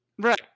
Right